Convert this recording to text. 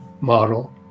model